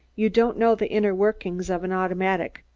you don't know the inner workings of an automatic.